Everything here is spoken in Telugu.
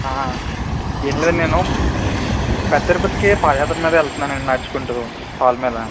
ఏం లేదు నేను పెద్ద తిరుపతికి పాదయాత్ర మీద వెళ్తున్నానండీ నడుచుకుంటూ కాళ్ళ మీద